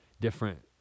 different